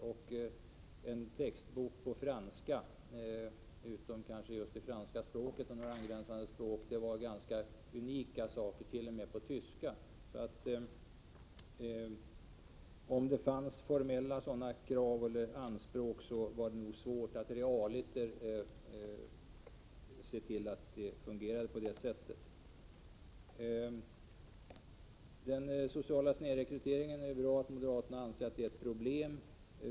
Kurslitteratur på franska, utom kanske just i franska språket och angränsande språk, var ganska unikt, och motsvarande förhållande gällde t.o.m. tyska. Om det fanns formella krav eller anspråk i detta avseende, så var det nog svårt att realiter se till att det fungerade. Det är bra att moderaterna anser att den sociala snedrekryteringen är ett problem.